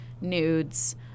nudes